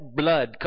blood